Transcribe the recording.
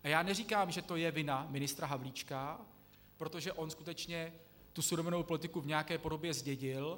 A já neříkám, že je to vina ministra Havlíčka, protože on skutečně tu surovinovou politiku v nějaké podobě zdědil.